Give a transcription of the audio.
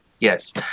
Yes